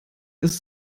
ist